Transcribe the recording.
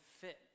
fit